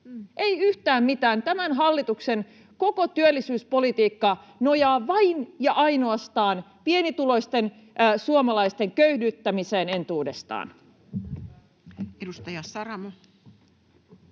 yhtään mitään. Tämän hallituksen koko työllisyyspolitiikka nojaa vain ja ainoastaan pienituloisten suomalaisten köyhdyttämiseen entuudestaan. [Speech